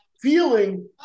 feeling